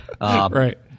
right